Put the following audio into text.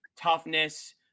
toughness